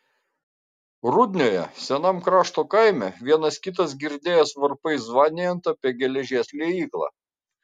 rudnioje senam krašto kaime vienas kitas girdėjęs varpais zvanijant apie geležies liejyklą